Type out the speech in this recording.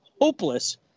hopeless